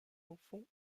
enfants